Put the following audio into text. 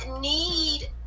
need